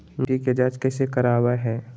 मिट्टी के जांच कैसे करावय है?